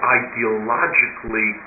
ideologically